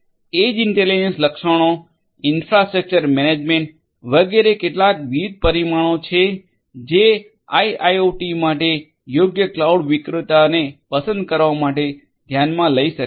તેથી edge intelligence લક્ષણો infrastructure management વગેરે કેટલાક વિવિધ પરિમાણો છે જે આઇઓઓટી માટે યોગ્ય ક્લાઉડ વિક્રેતાને પસંદ કરવા માટે ધ્યાનમાં લઈ શકાય છે